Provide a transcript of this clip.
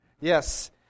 yes